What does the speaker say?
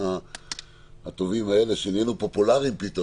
פתאום נהיינו פופולריים.